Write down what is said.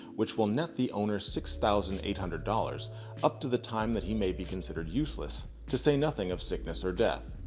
which will net the owner six thousand eight hundred dollars up to the time that he may be considered useless, to say nothing of sickness or death.